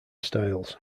styles